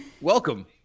welcome